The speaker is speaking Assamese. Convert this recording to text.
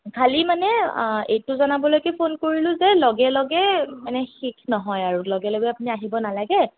খালি মানে এইটো জনাবলৈকৈ ফোন কৰিলোঁ যে লগে লগে মানে শেষ নহয় আৰু লগে লগে আপুনি আহিব নালাগে